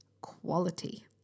quality